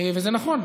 וזה נכון,